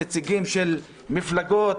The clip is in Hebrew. נציגים של מפלגות,